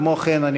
כמו כן,